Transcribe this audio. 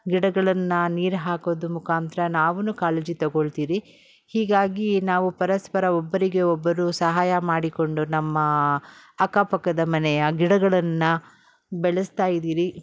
ಗಿಡಗಳನ್ನು ನೀರು ಹಾಕೋದು ಮುಖಾಂತ್ರ ನಾವೂನು ಕಾಳಜಿ ತೊಗೊಳ್ತೀರಿ ಹೀಗಾಗಿ ನಾವು ಪರಸ್ಪರ ಒಬ್ಬರಿಗೆಒಬ್ಬರು ಸಹಾಯ ಮಾಡಿಕೊಂಡು ನಮ್ಮ ಅಕ್ಕಪಕ್ಕದ ಮನೆಯ ಗಿಡಗಳನ್ನು ಬೆಳೆಸ್ತಾಯಿದ್ದೀರಿ